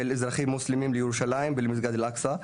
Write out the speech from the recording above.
אזרחים מוסלמים לירושלים ולמסגד אל אקצה.